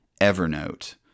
Evernote